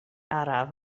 araf